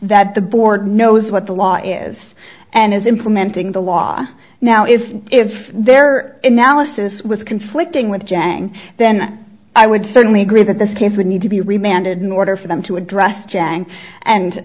that the board knows what the law is and is implementing the law now if if there are now assists with conflicting with jen then i would certainly agree that this case would need to be remanded in order for them to address jen and